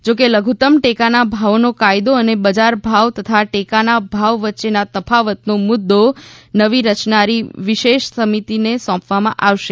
જોકે લઘુત્તમ ટેકાના ભાવનો કાયદો અને બજાર ભાવ તથા ટેકાના ભાવ વચ્ચેના તફાવતનો મુદ્દો નવી રચાનારી વિશેષ સમિતિને સોંપવામાં આવશે